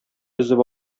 өзеп